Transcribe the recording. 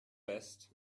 best